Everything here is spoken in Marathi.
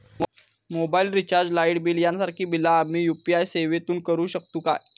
मोबाईल रिचार्ज, लाईट बिल यांसारखी बिला आम्ही यू.पी.आय सेवेतून करू शकतू काय?